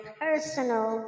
personal